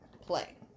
Play